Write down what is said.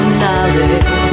knowledge